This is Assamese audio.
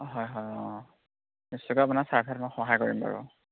অঁ হয় হয় অঁ নিশ্চয়কে আপোনাক চাৰ্ভেটোত মই সহায় কৰিম বাৰু